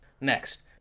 next